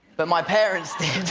but my parents did.